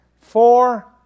four